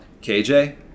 KJ